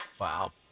Wow